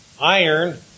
iron